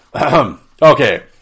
Okay